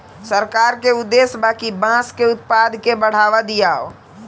सरकार के उद्देश्य बा कि बांस के उत्पाद के बढ़ावा दियाव